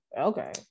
Okay